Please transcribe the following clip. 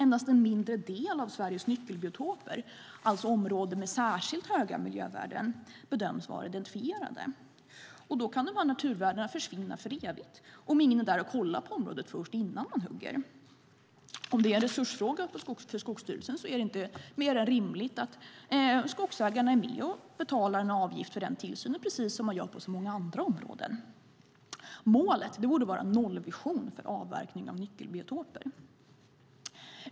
Endast en mindre del av Sveriges nyckelbiotoper, alltså områden med särskilt höga naturvärden, bedöms vara identifierade, och då kan de här naturvärdena försvinna för evigt om ingen är där och kollar på området innan man hugger. Om det är en resursfråga för Skogsstyrelsen är det inte mer än rimligt att skogsägarna betalar en avgift för tillsynen precis som görs på många andra områden. Målet borde vara en nollvision för avverkning av nyckelbiotoper.